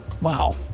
Wow